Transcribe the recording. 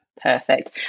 perfect